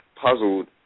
puzzled